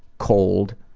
cold,